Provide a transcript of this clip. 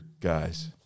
guys